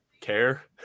care